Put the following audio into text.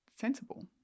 sensible